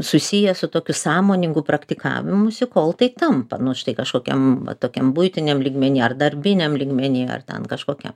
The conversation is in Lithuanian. susijęs su tokiu sąmoningu praktikavimusi kol tai tampa nu štai kažkokiam tokiam buitiniam lygmeny ar darbiniam lygmeny ar ten kažkokiam